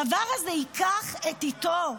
הדבר הזה ייקח את עיתו.